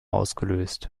ausgelöst